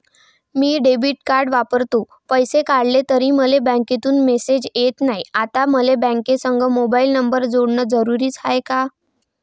मी debit card वापरतो, पैसे काढले तरी मले बँकेमंधून मेसेज येत नाय, आता मले बँकेसंग मोबाईल नंबर जोडन जरुरीच हाय का?